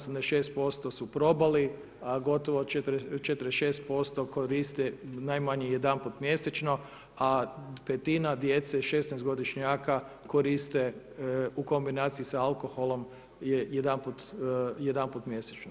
86% su probali, a gotovo 46% koriste najmanje jedanput mjesečno, a petina djece 16-godišnjaka koriste u kombinaciji sa alkoholom je jedanput mjesečno.